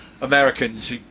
Americans